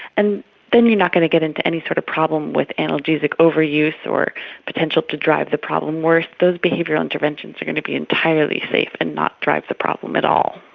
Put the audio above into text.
and then you are not going to get into any sort of problem with analgesic overuse or potential to drive the problem worse, those behavioural interventions are going to be entirely safe and not drive the problem at all.